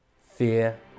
Fear